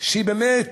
באמת